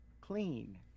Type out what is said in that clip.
clean